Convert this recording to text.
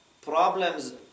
problems